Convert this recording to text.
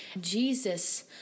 Jesus